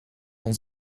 ons